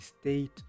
state